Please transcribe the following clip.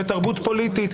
בתרבות פוליטית,